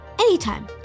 Anytime